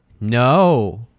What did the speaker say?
No